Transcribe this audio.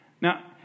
Now